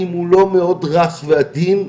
אם הוא לא מאוד רך ועדין,